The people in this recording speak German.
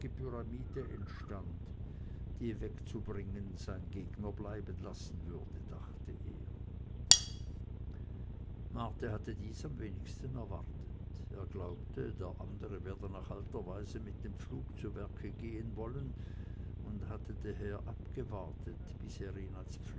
pyramide entstand die wegzubringen sein gegner bleibenlassen würde dachte er marti hatte dies am wenigsten erwartet er glaubte der andere werde nach alter weise mit dem pfluge zu werke gehen wollen und hatte daher abgewartet bis er ihn als